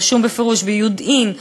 רשום בפירוש: ביודעין,